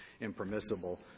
impermissible